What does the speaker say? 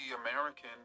American